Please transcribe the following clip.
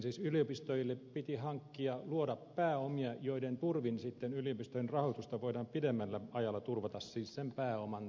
siis yliopistoille piti luoda pääomia joiden tuottojen turvin yliopistojen rahoitusta voidaan pidemmällä ajalla turvata